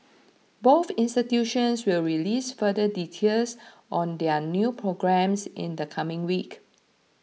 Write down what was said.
both institutions will release further details on their new programmes in the coming week